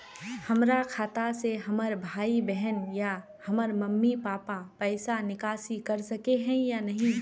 हमरा खाता से हमर भाई बहन या हमर मम्मी पापा पैसा निकासी कर सके है या नहीं?